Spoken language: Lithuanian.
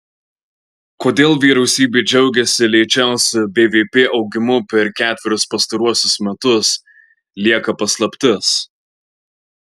kodėl vyriausybė džiaugiasi lėčiausiu bvp augimu per ketverius pastaruosius metus lieka paslaptis